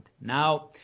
Now